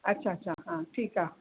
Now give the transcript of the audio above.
अच्छा अच्छा हा ठीकु आहे